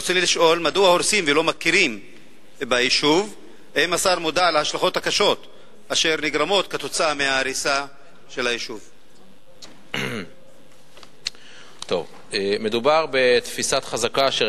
רצוני לשאול: 1. מדוע הורסים ולא מכירים בקיום היישוב?